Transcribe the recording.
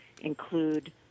include